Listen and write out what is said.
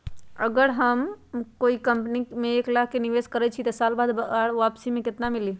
अगर हम कोई कंपनी में एक लाख के निवेस करईछी त एक साल बाद हमरा वापसी में केतना मिली?